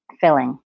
filling